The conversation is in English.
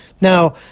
Now